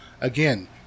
again